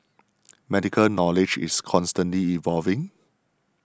medical knowledge is constantly evolving